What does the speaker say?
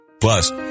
Plus